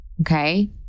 Okay